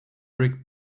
brick